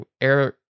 Air